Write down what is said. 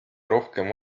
rohkem